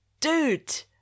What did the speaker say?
dude